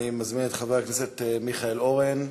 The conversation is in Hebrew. אני מזמין את חבר הכנסת מיכאל אורן.